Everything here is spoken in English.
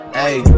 Ayy